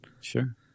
Sure